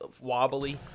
wobbly